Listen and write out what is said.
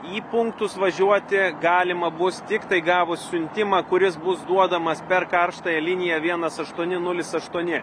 į punktus važiuoti galima bus tiktai gavus siuntimą kuris bus duodamas per karštąją liniją vienas aštuoni nulis aštuoni